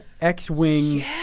X-Wing